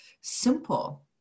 simple